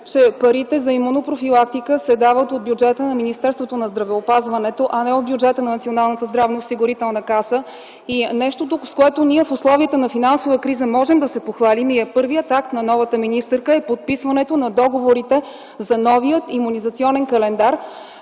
че парите за имунопрофилактика се дават от бюджета на Министерството на здравеопазването, а не от бюджета на Националната здравноосигурителна каса. Нещото, с което ние в условията на финансова криза можем да се похвалим и е първият акт на новата министърка, е подписването на договорите за новия имунизационен календар,